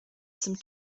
some